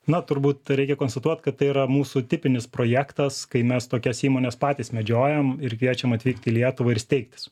na turbūt reikia konstatuot kad tai yra mūsų tipinis projektas kai mes tokias įmones patys medžiojam ir kviečiam atvykti į lietuvą ir steigtis